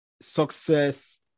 success